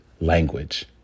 language